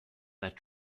that